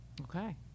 okay